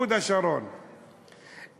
הוד-השרון,